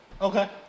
Okay